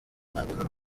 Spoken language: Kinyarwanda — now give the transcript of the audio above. umwanda